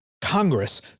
Congress